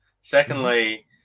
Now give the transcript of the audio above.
secondly